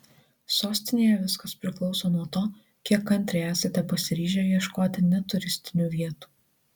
sostinėje viskas priklauso nuo to kiek kantriai esate pasiryžę ieškoti ne turistinių vietų